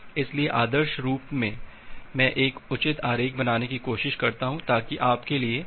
इसलिए आदर्श रूप से मैं एक उचित आरेख बनाने की कोशिश करता हूँ ताकि आपके लिए चीजों को समझना आसान हो जाए